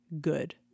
good